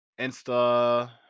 Insta